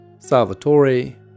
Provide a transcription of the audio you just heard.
Salvatore